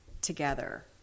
together